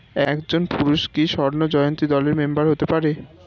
একজন পুরুষ কি স্বর্ণ জয়ন্তী দলের মেম্বার হতে পারে?